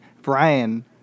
Brian